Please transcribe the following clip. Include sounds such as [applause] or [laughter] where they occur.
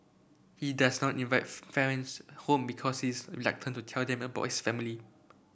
he does not [unintelligible] home because he is reluctant to tell them about his family